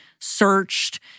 searched